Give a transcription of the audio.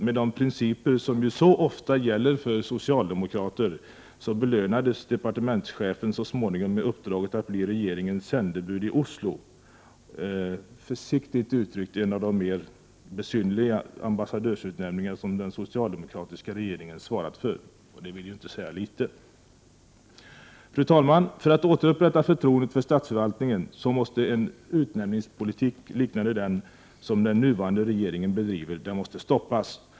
Med de principer som så ofta gäller för socialdemokrater belönades departementschefen så småningom med uppdraget att bli regeringens sändebud i Oslo — försiktigt uttryckt en av de mera besynnerliga ambassadörsutnämningar som den socialdemokratiska regeringen har svarat för, och det vill ju inte säga litet. Fru talman! För att återupprätta förtroendet för statsförvaltningen måste en utnämningspolitik liknande den som den nuvarande regeringen bedriver stoppas.